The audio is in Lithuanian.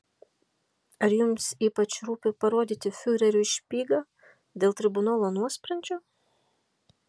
ar jums ypač rūpi parodyti fiureriui špygą dėl tribunolo nuosprendžio